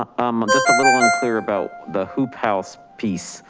um just a little unclear about the hoop house piece.